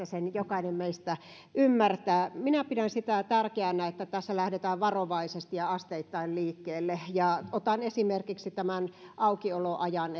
sen jokainen meistä ymmärtää minä pidän tärkeänä sitä että tässä lähdetään varovaisesti ja asteittain liikkeelle ja otan esimerkiksi tämän aukioloajan